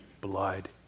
blood